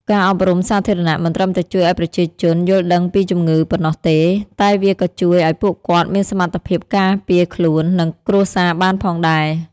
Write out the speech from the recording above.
ការអប់រំសាធារណៈមិនត្រឹមតែជួយឲ្យប្រជាជនយល់ដឹងពីជំងឺប៉ុណ្ណោះទេ តែវាក៏ជួយឲ្យពួកគាត់មានសមត្ថភាពការពារខ្លួន និងគ្រួសារបានផងដែរ។